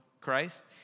Christ